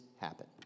happen